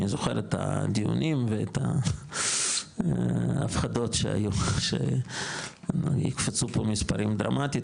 אני זוכר את הדיונים ואת ההפחדות שהיו שיקפצו פה מספרים דרמטית